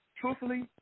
truthfully